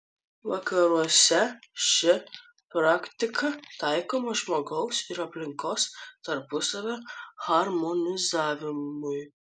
vakaruose ši praktika taikoma žmogaus ir aplinkos tarpusavio harmonizavimui